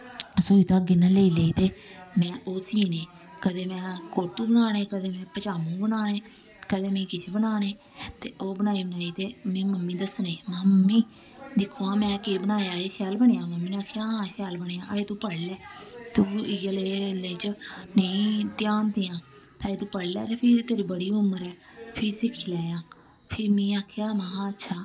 सूई धाग ने लेई लेई ते में ओह् सीने कदें में कूर्तू बनाने कदें में पजामू बनाने कदें में किश बनाने ते ओह् बनाई बनाई ते में मम्मी गी दस्सने महां मम्मी दिक्खो हां में केह् बनाया एह् शैल बनेआ मम्मी ने आखेआ हां शैल बनेआ अजें तूं पढ़ी लै तूं इ'यै लेह् नेईं ध्यान देआं अजें तूं पढ़ी लै ते फ्ही तेरी बड़ी उम्र ऐ फ्ही सिक्खी लैएयांं फ्ही में आखेआ महां अच्छा